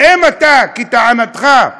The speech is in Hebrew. ואם אתה, כטענתך,